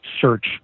search